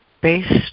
based